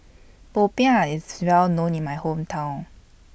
Popiah IS Well known in My Hometown